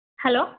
hello